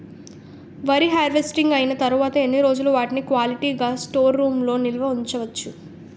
వరి హార్వెస్టింగ్ అయినా తరువత ఎన్ని రోజులు వాటిని క్వాలిటీ గ స్టోర్ రూమ్ లొ నిల్వ ఉంచ వచ్చు?